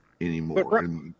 anymore